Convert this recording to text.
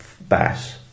bass